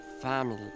family